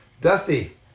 Dusty